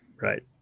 right